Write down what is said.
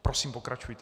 Prosím pokračujte.